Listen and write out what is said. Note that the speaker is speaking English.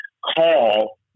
call